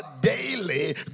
daily